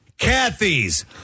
Kathy's